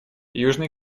южной